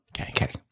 Okay